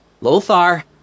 Lothar